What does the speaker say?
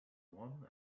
one